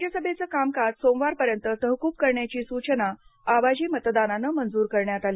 राज्यभेचं कामकाज सोमवारपर्यंत तहकूब करण्याची सूचना आवाजी मतदानानं मंजूर करण्यात आली